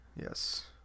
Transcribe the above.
Yes